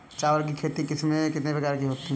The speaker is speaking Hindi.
चावल की खेती की किस्में कितने प्रकार की होती हैं?